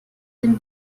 dem